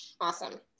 awesome